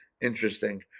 interesting